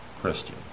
Christian